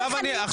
אנרכיסטים.